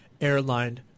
airline